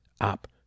up